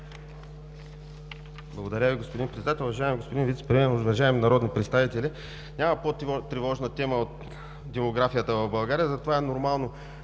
Благодаря Ви, господин Председател. Уважаеми господин Вицепремиер, уважаеми народни представители! Няма по-тревожна тема от демографията в България, затова е нормално